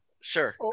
sure